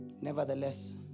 nevertheless